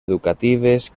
educatives